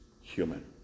human